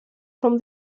from